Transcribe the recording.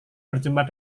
berjumpa